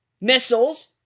missiles